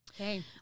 okay